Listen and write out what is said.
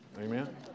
amen